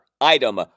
item